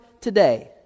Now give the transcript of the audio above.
today